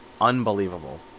unbelievable